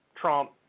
Trump